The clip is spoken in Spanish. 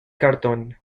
cartón